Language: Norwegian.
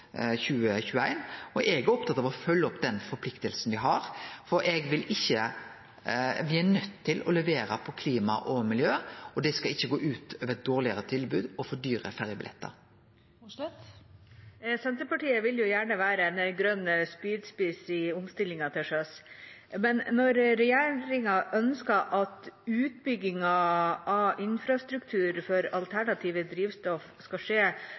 er oppteken av å følgje opp den forpliktinga me har. Me er nøydde til å levere på klima og miljø, og det skal ikkje føre til dårlegare tilbod og fordyra ferjebillettar. Senterpartiet vil gjerne være en grønn spydspiss i omstillingen til sjøs, men når regjeringa ønsker at utbyggingen av infrastruktur for alternative drivstoff skal skje